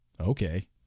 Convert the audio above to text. okay